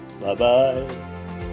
Bye-bye